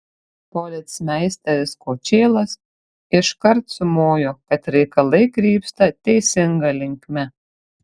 policmeisteris kočėlas iškart sumojo kad reikalai krypsta teisinga linkme